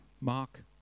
Mark